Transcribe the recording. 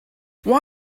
why